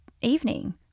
evening